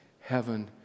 heaven